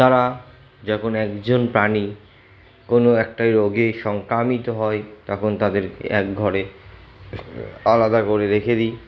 তারা যখন একজন প্রাণী কোনো একটা রোগে সংক্রামিত হয় তখন তাদেরকে এক ঘরে আলাদা করে রেখে দিই